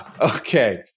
Okay